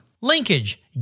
Linkage